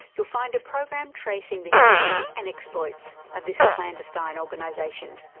you'll find a program tracing the history and exploits of this clandestine organisation.